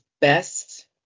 best